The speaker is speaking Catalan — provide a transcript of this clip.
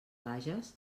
bages